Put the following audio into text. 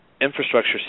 infrastructure